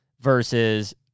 versus